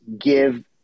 give